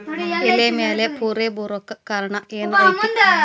ಎಲೆ ಮ್ಯಾಲ್ ಪೊರೆ ಬರಾಕ್ ಕಾರಣ ಏನು ಐತಿ?